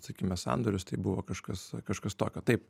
sakykime sandorius tai buvo kažkas kažkas tokio taip